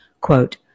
Quote